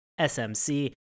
SMC